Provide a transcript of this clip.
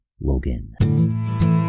Logan